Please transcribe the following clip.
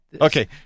Okay